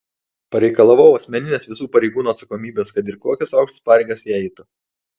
pareikalavau asmeninės visų pareigūnų atsakomybės kad ir kokias aukštas pareigas jie eitų